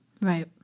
Right